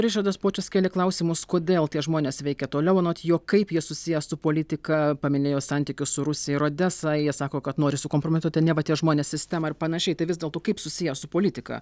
ričardas pocius kėlė klausimus kodėl tie žmonės veikia toliau anot jo kaip jie susiję su politika paminėjo santykius su rusija ir odesa jie sako kad nori sukompromituoti neva tie žmonės sistemą ar panašiai tai vis dėlto kaip susiję su politika